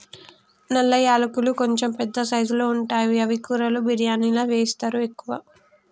నల్ల యాలకులు కొంచెం పెద్ద సైజుల్లో ఉంటాయి అవి కూరలలో బిర్యానిలా వేస్తరు ఎక్కువ